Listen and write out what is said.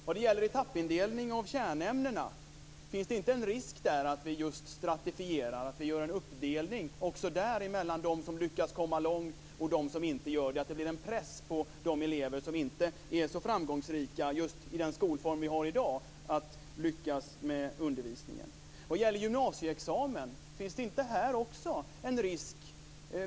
Vad gäller etappindelning av kärnämnena, finns det inte en risk att vi just där stratifierar, gör en uppdelning mellan dem som lyckas komma långt och dem som inte gör det? Det blir en press på de elever som inte är så framgångsrika när det gäller att lyckas med undervisningen just i den skolform vi har i dag. Vad gäller gymnasieexamen, finns det inte här också en risk?